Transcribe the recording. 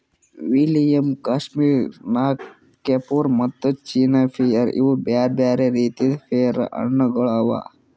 William, Kashmir Nakh, ಕೆಫುರ್ ಮತ್ತ China pear ಇವು ಬ್ಯಾರೆ ಬ್ಯಾರೆ ರೀತಿದ್ ಪೇರು ಹಣ್ಣ ಗೊಳ್ ಅವಾ